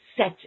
Set